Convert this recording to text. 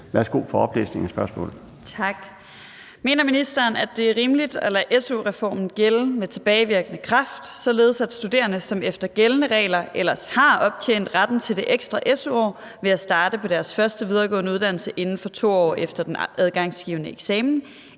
Værsgo for oplæsning